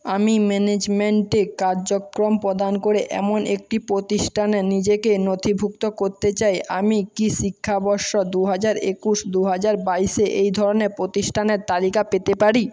আমি ম্যানেজমেন্টে কার্যক্রম প্রদান করে এমন একটি প্রতিষ্ঠানে নিজেকে নথিভুক্ত করতে চাই আমি কি শিক্ষাবর্ষ দু হাজার একুশ দু হাজার বাইশে এই ধরনের প্রতিষ্ঠানের তালিকা পেতে পারি